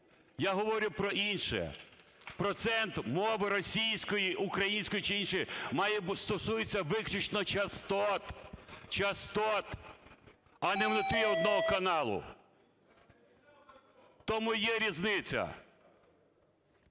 я говорю про інше – процент мови російської, української чи іншої стосується виключно частот, частот, а не внутрі одного каналу. Тому є різниця.